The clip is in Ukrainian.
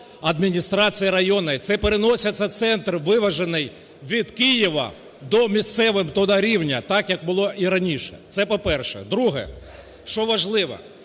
Це переноситься центр, виважений від Києва, до місцевого туди рівня так, як було і раніше. Це по-перше. Друге, що важливо.